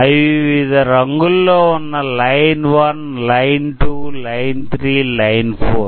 అవి వివిధ రంగుల్లో ఉన్న లైన్ 1 లైన్ 2 లైన్ 3 లైన్ 4